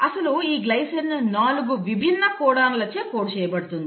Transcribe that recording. అసలు ఈ గ్లైసిన్ 4 విభిన్న కోడాన్ల చే కోడ్ చేయబడుతుంది